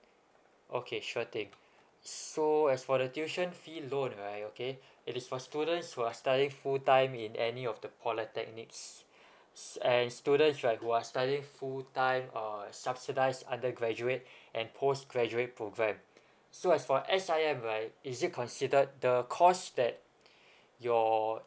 okay sure thing so as for the tuition fee loan right okay it is for students who are studying full time in any of the polytechnics and students should are who are studying full time uh subsidised undergraduate and post graduate program so as for S_I_M right is it consider the course that your